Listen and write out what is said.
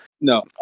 No